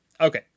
Okay